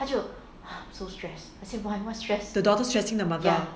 the daughter stressing the mother